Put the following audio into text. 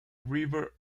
river